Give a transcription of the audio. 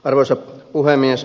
arvoisa puhemies